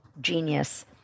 genius